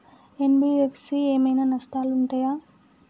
NBFC ఏమైనా నష్టాలు ఉంటయా?